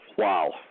Wow